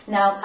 Now